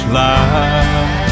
life